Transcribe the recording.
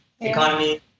economy